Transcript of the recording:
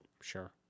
Sure